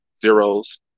zeros